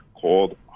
called